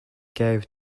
gave